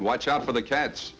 watch out for the cats